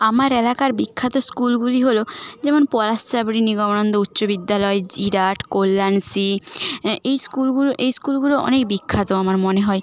আমার এলাকার বিখ্যাত স্কুলগুলি হলো যেমন পলাশচাবড়ী নিগমানন্দ উচ্চ বিদ্যালয় জিরাট কল্যাণ শ্রী এই স্কুলগুলো এই স্কুলগুলো অনেক বিখ্যাত আমার মনে হয়